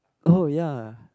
oh ya